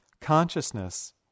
Consciousness